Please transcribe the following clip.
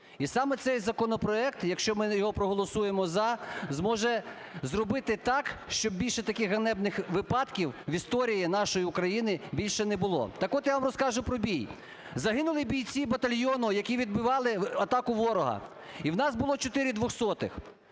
І саме цей законопроект, якщо ми його проголосуємо "за", зможе зробити так, щоб більше таких ганебних випадків в історії нашої України більше не було. Так от, я вам розкажу про бій. Загинули бійці батальйону, які відбивали атаку ворога, і у нас було